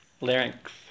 Larynx